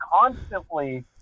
constantly